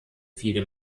viele